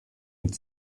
mit